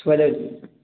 କୁଆଡ଼େ